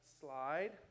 slide